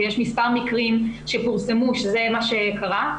ויש מספר מקרים שפורסמו שזה מה שקרה,